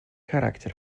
характер